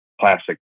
classic